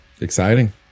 Exciting